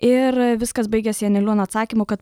ir viskas baigiasi janeliūno atsakymu kad